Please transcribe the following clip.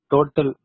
Total